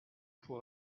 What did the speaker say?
pour